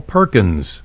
Perkins